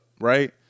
right